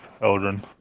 Eldrin